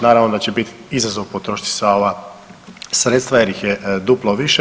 Naravno da će biti izazov potrošiti sva ova sredstva, jer ih je duplo više.